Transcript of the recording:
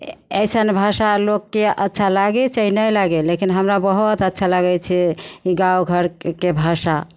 अइसन भाषा लोककेँ अच्छा लागय चाहे नहि लागय लेकिन हमरा बहुत अच्छा लागै छै गाँव घरके भाषा